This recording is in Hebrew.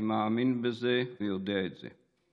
אני מאמין בזה ויודע את זה.